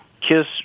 Kiss